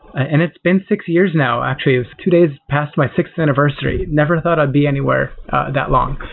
and it's been six years now actually. it was two days passed my sixth anniversary. never thought i'd be anywhere that long.